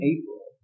April